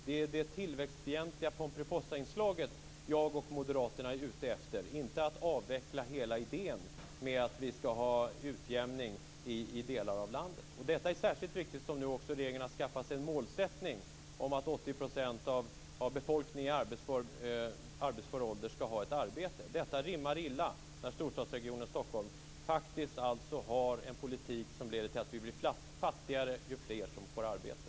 Det är det tillväxtfientliga Pomperipossainslaget som jag och Moderaterna är ute efter, inte att avveckla hela idén med att vi skall ha utjämning i delar av landet. Detta är särskilt viktigt nu eftersom regeringen nu också har skaffat sig en målsättning om att 80 % av befolkningen i arbetsför ålder skall ha ett arbete. Detta rimmar illa med att storstadsregionen Stockholm faktiskt har en politik som leder till att vi blir fattigare ju fler som får arbete.